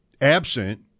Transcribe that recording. absent